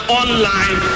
online